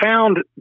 found